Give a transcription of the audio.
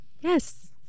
Yes